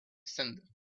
descended